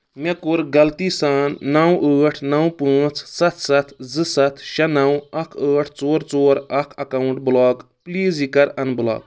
مےٚ کوٚر غلطی سان نَو ٲٹھ نَو پانٛژ سَتھ سَتھ زٕ سَتھ شیٚے نَو اکھ ٲٹھ ژور ژور اکھ اکاونٹ بلاک پلیز یہِ کَر ان بلاک